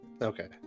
Okay